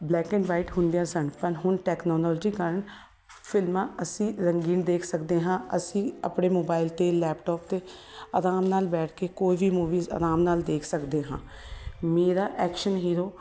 black and white ਹੁੰਦਿਆਂ ਸਨ ਪਰ ਹੁਣ ਟੈਕਨੋਲੋਜੀ ਕਾਰਨ ਫਿਲਮਾਂ ਅਸੀਂ ਰੰਗੀਨ ਦੇਖ ਸਕਦੇ ਹਾਂ ਅਸੀਂ ਆਪਣੇ ਮੋਬਾਇਲ 'ਤੇ ਲੈਪਟੋਪ 'ਤੇ ਆਰਾਮ ਨਾਲ ਬੈਠ ਕੇ ਕੋਈ ਵੀ ਮੂਵੀਜ ਆਰਾਮ ਨਾਲ ਦੇਖ ਸਕਦੇ ਹਾਂ ਮੇਰਾ ਐਕਸ਼ਨ ਹੀਰੋ